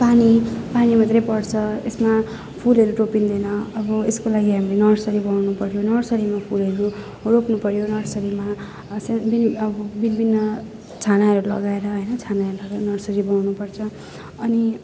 पानी पानी मात्रै पर्छ यसमा फुलहरू रोपिँदैन अब यसको लागि हामीले नर्सरी बनाउनुपऱ्यो नर्सरीमा फुलहरू रोप्नुपऱ्यो नर्सरीमा स्या बी अब बिल्डिङमा छानाहरू लगाएर होइन छानाहरू लगाएर नर्सरी बनाउनुपर्छ अनि